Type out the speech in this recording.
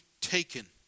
taken